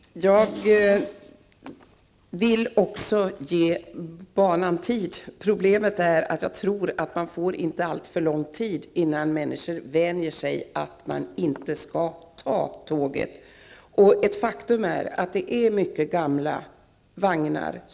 Herr talman! Jag vill också ge banan tid. Problemet är att jag inte tror att det tar alltför lång tid innan människor har vant sig vid att man inte skall ta tåget. Det är ett faktum att man kör med mycket gamla vagnar.